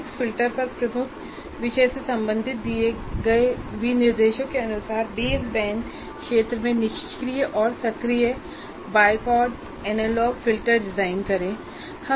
CO6 filter पर प्रमुख विषय से संबंधित है दिए गए विनिर्देशों के अनुसार बेस बैंड क्षेत्र में निष्क्रिय और सक्रिय बाइक्वाड एनालॉग फिल्टर डिजाइन करें